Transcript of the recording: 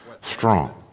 strong